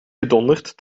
gedonderd